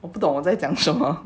我不懂在讲什么